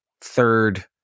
third